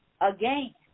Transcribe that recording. Again